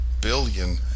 billion